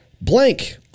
blank